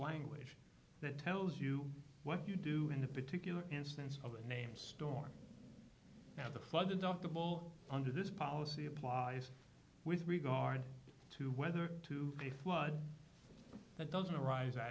language that tells you what you do in a particular instance of a named storm of the flood adoptable under this policy applies with regard to whether to a flood that doesn't arise out